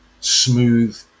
smooth